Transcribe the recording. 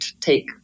take